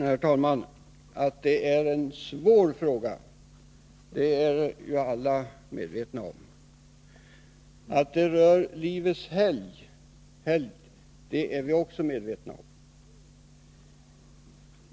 Herr talman! Att detta är en svår fråga är alla medvetna om. Att den rör livets helgd är vi också medvetna om.